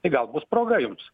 tai gal bus proga jums